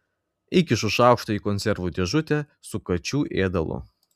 įkišu šaukštą į konservų dėžutę su kačių ėdalu